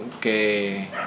que